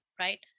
Right